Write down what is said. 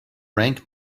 rank